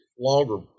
longer